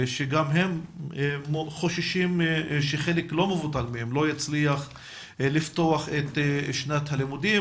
שגם הם חוששים שחלק לא מבוטל מהם לא יצליח לפתוח את שנת הלימודים,